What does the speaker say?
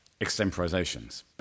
extemporizations